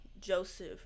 Joseph